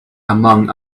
among